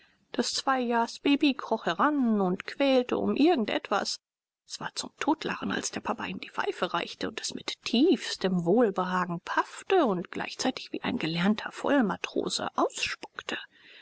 das zweijahrsbaby kroch heran und quälte um irgend etwas es war zum totlachen als der papa ihm die pfeife reichte und es mit tiefstem wohlbehagen paffte und gleichzeitig wie ein gelernter vollmatrose ausspuckte